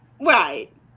Right